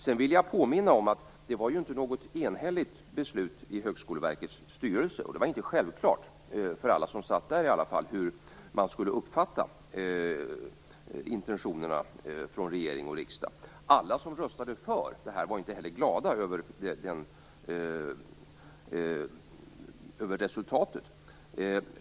Sedan vill jag påminna om att beslutet i Högskoleverkets styrelse inte var enhälligt. Det var inte självklart, åtminstone inte för alla som satt där, hur man skulle uppfatta intentionerna från regering och riksdag. Alla som röstade för detta var inte heller glada över resultatet.